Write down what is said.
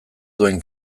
duen